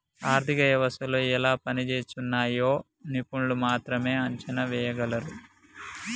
ఆర్థిక వ్యవస్థలు ఎలా పనిజేస్తున్నయ్యో నిపుణులు మాత్రమే అంచనా ఎయ్యగలరు